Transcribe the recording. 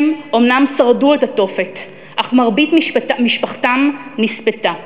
הם אומנם שרדו את התופת, אך מרבית משפחתם נספתה.